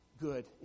good